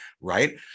right